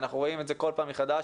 אנחנו רואים את זה כל פעם מחדש,